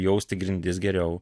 jausti grindis geriau